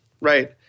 Right